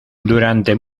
durante